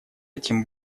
тем